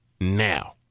now